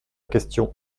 question